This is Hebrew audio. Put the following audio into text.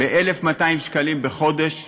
ב-1,200 שקלים בחודש,